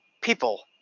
people